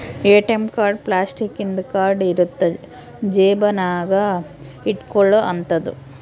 ATM card plastic ಇಂದು card ಇರುತ್ತ ಜೇಬ ನಾಗ ಇಟ್ಕೊಲೊ ಅಂತದು